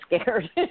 scared